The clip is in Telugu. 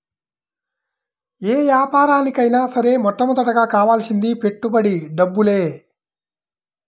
యే యాపారానికైనా సరే మొట్టమొదటగా కావాల్సింది పెట్టుబడి డబ్బులే